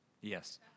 yes